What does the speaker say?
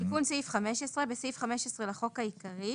תיקון סעיף 15 12. בסעיף 15 לחוק העיקרי,